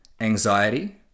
anxiety